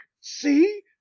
See